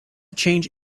change